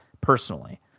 personally